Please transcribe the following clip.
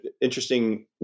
interesting